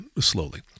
slowly